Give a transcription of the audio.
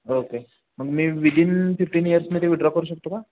okay मग मी within fifteen इयर्समध्ये विड्रॉ करू शकतो का